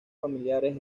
familiares